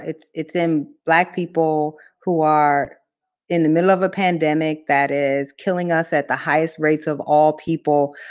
it's it's in black people who are in the middle of a pandemic that is killing us at the highest rates of all people,